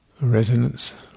resonance